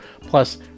Plus